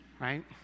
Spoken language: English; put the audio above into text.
Right